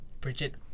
Bridget